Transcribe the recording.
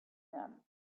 them